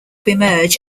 emerge